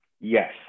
Yes